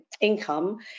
income